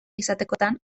izatekotan